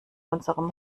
unserem